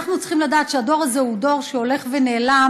אנחנו צריכים לדעת שהדור הזה הוא דור שהולך ונעלם,